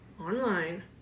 online